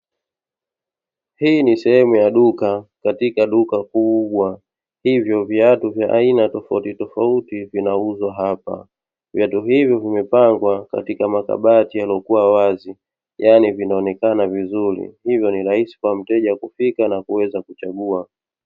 Hii ni sehemu ya duka katika duka kubwa, hivyo viatu vya aina tofautitofauti vinauzwa hapa, viatu hivyo vimepangwa katika makabati yaliyokuwa wazi yaani vinaonekana vizuri hivyo ni rahisi kwa mteja kufika na kuweza kuchagua.